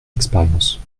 expérience